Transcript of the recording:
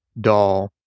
doll